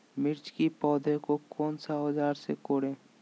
मिर्च की पौधे को कौन सा औजार से कोरे?